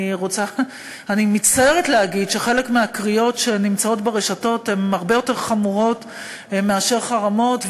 אני מצטערת להגיד שחלק מהקריאות ברשתות הן הרבה יותר חמורות מאשר חרמות,